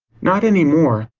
not any more.